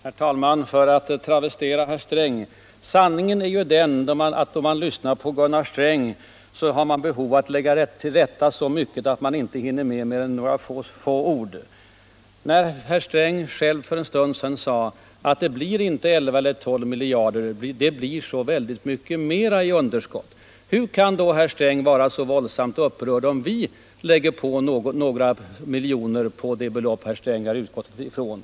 Herr talman! För att travestera herr Sträng: Sanningen är ju den att då man lyssnar på Gunnar Sträng har man behov av att lägga till rätta så mycket att man inte hinner med mer än några få saker. När herr Sträng själv för en stund sedan sade att det blir inte 11 eller 12 miljarder, utan i verkligheten blir det mycket mera i underskott, undrar jag: Hur kan då herr Sträng vara så våldsamt upprörd om vi lägger på några miljoner på de belopp herr Sträng har utgått från?